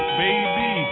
baby